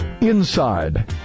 inside